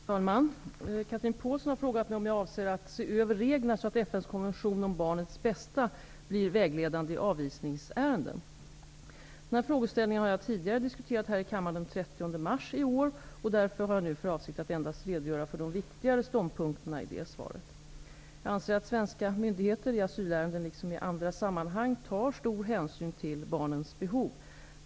Fru talman! Chatrine Pålsson har frågat mig om jag avser att se över reglerna så att FN:s konvention om barnets bästa blir vägledande i avvisningsärenden. Denna frågeställning har jag tidigare diskuterat här i kammaren den 30 mars i år, och därför har jag nu för avsikt att endast redogöra för de viktigare ståndpunkterna i det svaret. Jag anser att svenska myndigheter, i asylärenden liksom i andra sammanhang, tar stor hänsyn till barnens behov.